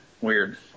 weird